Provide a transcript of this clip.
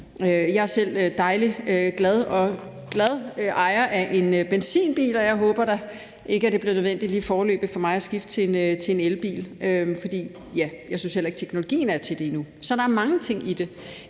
Jeg er selv den glade ejer af en benzinbil, og jeg håber da ikke, at det bliver nødvendigt lige foreløbig for mig at skifte til en elbil. Jeg synes heller ikke, at teknologien er til det endnu, så der er mange ting i det.